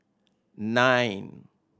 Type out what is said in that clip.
nine